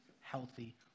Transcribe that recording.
healthy